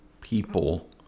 people